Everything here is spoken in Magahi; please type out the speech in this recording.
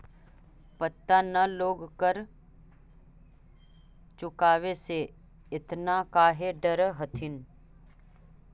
पता न लोग कर चुकावे से एतना काहे डरऽ हथिन